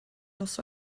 nos